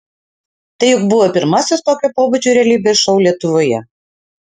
tai juk buvo pirmasis tokio pobūdžio realybės šou lietuvoje